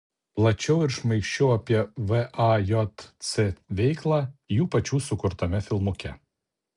plačiau ir šmaikščiau apie vajc veiklą jų pačių sukurtame filmuke